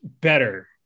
better